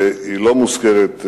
והיא לא מוזכרת,